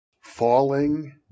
Falling